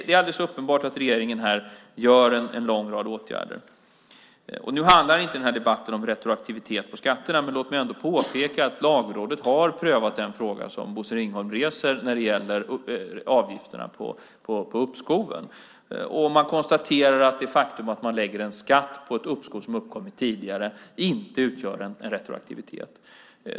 Det är alldeles uppenbart att regeringen här vidtar en lång rad åtgärder. Nu handlar inte den här debatten om retroaktivitet på skatterna, men låt mig ändå påpeka att Lagrådet har prövat den fråga som Bosse Ringholm reser när det gäller avgifterna på uppskoven. Man konstaterar att det faktum att man lägger en skatt på ett uppskov som har uppkommit tidigare inte utgör en retroaktivitet.